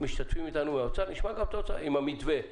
אם המתווה מבחינתם,